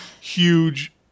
huge